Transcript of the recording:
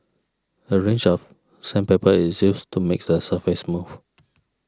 a range of sandpaper is used to make the surface smooth